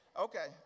Okay